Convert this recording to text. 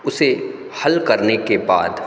उसे हल करने के बाद